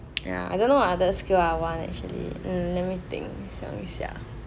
ya I don't know what other skill I want actually let me think 想一下